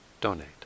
donate